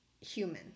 human